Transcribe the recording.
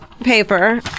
paper